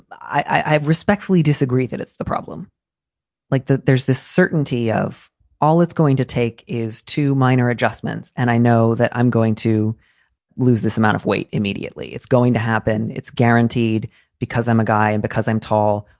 but i have respectfully disagree that it's the problem like that. there's the certainty of all it's going to take is two minor adjustments. and i know that i'm going to lose this amount of weight immediately. it's going to happen. it's guaranteed because i'm a guy and because i'm tall,